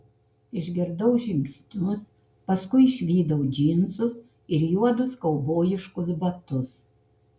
išgirdau žingsnius paskui išvydau džinsus ir juodus kaubojiškus batus